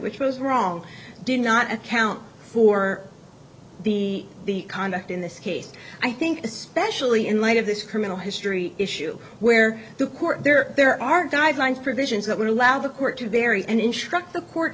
which was wrong did not account for the the conduct in this case i think especially in light of this criminal history issue where the court there there are guidelines provisions that would allow the court to vary and instruct